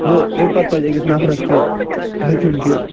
گوٚو اَمہِ پتہٕ پَزِ أکِس نفرس کہِ ہیٚچھُن کہِ